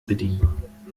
bedienen